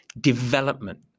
development